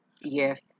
yes